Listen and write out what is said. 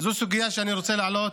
זו סוגיה שאני רוצה להעלות